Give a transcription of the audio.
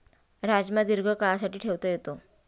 राजमा दीर्घकाळासाठी ठेवता येतो